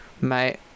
Mate